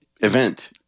event